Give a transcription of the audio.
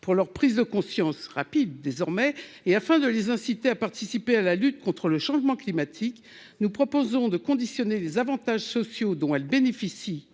pour leur prise de conscience rapide désormais et afin de les inciter à participer à la lutte contre le changement climatique, nous proposons de conditionner les avantages sociaux dont elle bénéficie,